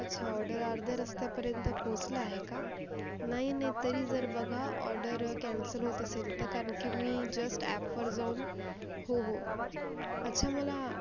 अच्छा ऑर्डर अर्ध्या रस्त्यापर्यंत पोहोचलं आहे का नाही नाही तरी जर बघा ऑर्डर कॅन्सल होत असेल तर कारण की मी जस्ट ॲपवर जाऊन हो हो अच्छा मला